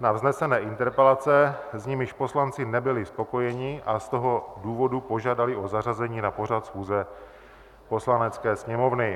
na vznesené interpelace, s nimiž poslanci nebyli spokojeni, a z toho důvodu požádali o zařazení na pořad schůze Poslanecké sněmovny.